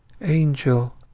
Angel